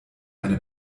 eine